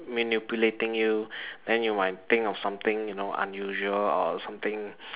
manipulating you then you might think of something you know unusual or something